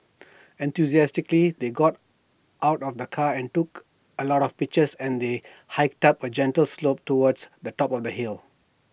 enthusiastically they got out of the car and took A lot of pictures as they hiked up A gentle slope towards the top of the hill